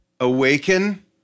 Awaken